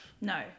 No